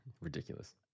Ridiculous